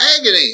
agony